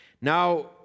Now